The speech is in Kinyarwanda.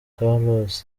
carlos